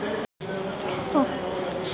हम बचत खाता कईसे खोली?